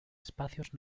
espacios